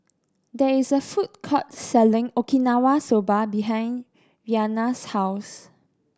there is a food court selling Okinawa Soba behind Rhianna's house